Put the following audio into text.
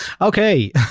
Okay